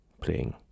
playing